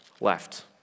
left